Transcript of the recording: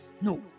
No